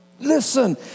listen